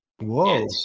Whoa